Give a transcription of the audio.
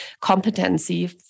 competency